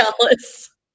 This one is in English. jealous